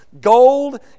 gold